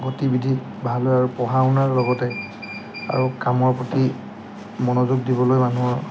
গতি বিধি ভাল হয় আৰু পঢ়া শুনাৰ লগতে আৰু কামৰ প্ৰতি মনোযোগ দিবলৈ মানুহৰ